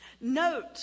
Note